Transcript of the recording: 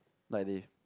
like they